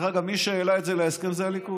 דרך אגב, מי שהעלה את זה להסכם זה הליכוד.